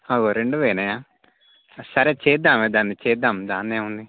రెండు పోయినాయా సరే చేద్దాం దాని చేద్దాం దానిదేముంది